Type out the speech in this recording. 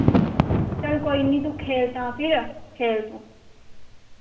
चल कोई नी तूं खेल तां फिर खेल तूं